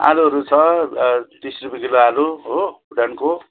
आलुहरू छ तिस रुपियाँ किलो आलु हो भुटानको